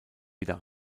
wieder